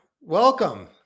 welcome